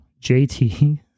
JT